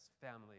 family